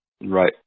Right